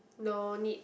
no need